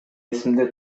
эсимде